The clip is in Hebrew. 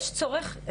יש צורך,